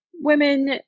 women